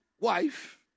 wife